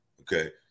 okay